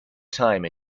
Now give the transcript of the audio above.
time